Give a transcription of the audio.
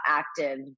active